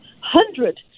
hundred